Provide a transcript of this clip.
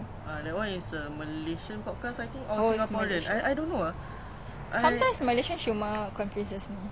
cool uh I mean that's good also they are trying to